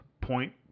point